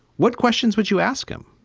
what questions would you ask him?